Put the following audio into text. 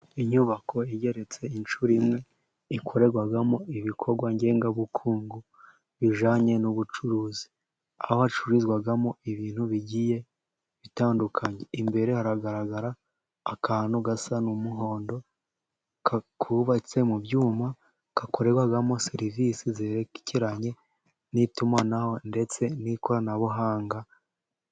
Inyubako igeretse inshuro imwe, ikorerwamo ibikorwa ngengabukungu bijyanye n'ubucuruzi. Aho hacururizwagamo ibintu bigiye bitandukanye. Imbere hagaragara akantu gasa n'umuhondo kubatse mu byuma, gakorerwamo serivisi zerekeranye n'itumanaho ndetse n'ikoranabuhanga.